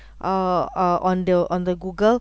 uh uh on the on the google